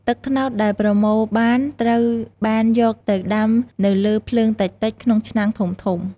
ទឹកត្នោតដែលប្រមូលបានត្រូវបានយកទៅដាំនៅលើភ្លើងតិចៗក្នុងឆ្នាំងធំៗ។